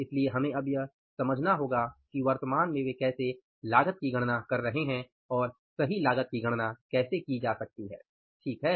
इसलिए हमें अब यह समझना होगा कि वर्तमान में वे कैसे लागत की गणना कर रहे हैं और सही लागत की गणना कैसे की जा सकती है ठीक है